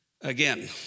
again